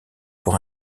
pour